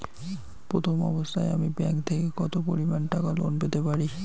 প্রথম অবস্থায় আমি ব্যাংক থেকে কত পরিমান টাকা লোন পেতে পারি?